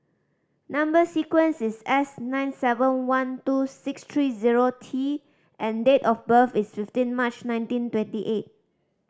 number sequence is S nine seven one two six three zero T and date of birth is fifteen March nineteen twenty eight